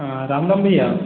राम राम भैया